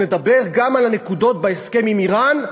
נדבר גם על הנקודות בהסכם עם איראן,